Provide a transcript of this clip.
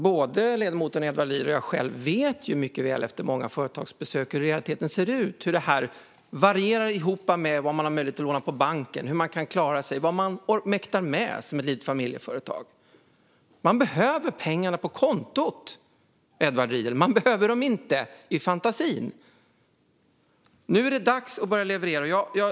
Både ledamoten Edward Riedl och jag själv vet ju mycket väl, efter många företagsbesök, hur det i realiteten ser ut - hur detta varierar med vad man har möjlighet att låna på banken, hur man kan klara sig och vad man mäktar med som ett litet familjeföretag. Man behöver pengarna på kontot, Edward Riedl. Man behöver dem inte i fantasin. Nu är det dags att börja leverera.